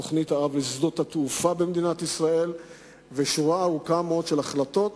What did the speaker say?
תוכנית-האב לשדות התעופה במדינת ישראל ושורה ארוכה מאוד של החלטות